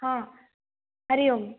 हा हरि ओम्